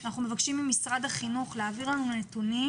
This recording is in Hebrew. אנחנו מבקשים ממשרד החינוך להעביר לנו נתונים